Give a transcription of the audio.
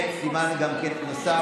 וסימן נוסף,